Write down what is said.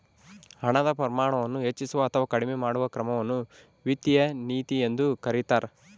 ಹಣದ ಪ್ರಮಾಣವನ್ನು ಹೆಚ್ಚಿಸುವ ಅಥವಾ ಕಡಿಮೆ ಮಾಡುವ ಕ್ರಮವನ್ನು ವಿತ್ತೀಯ ನೀತಿ ಎಂದು ಕರೀತಾರ